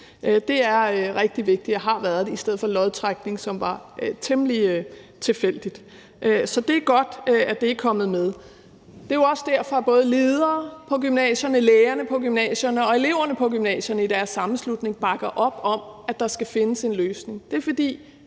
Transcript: Det er rigtig vigtigt og har været det i stedet for lodtrækning, som var temmelig tilfældigt. Så det er godt, at det er kommet med. Det er jo også derfor, at både lederne på gymnasierne, lærerne på gymnasierne og eleverne på gymnasierne i deres sammenslutning bakker op om, at der skal findes en løsning.